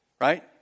Right